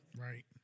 Right